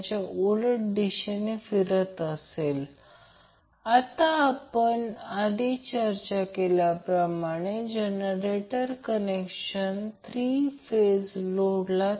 म्हणून व्होल्टेज तयार होईल म्हणूनच जर आपण त्याकडे लक्ष दिले जर a त्या पृष्ठावर प्रवेश करत असेल तर a ते पृष्ठ सोडत आहे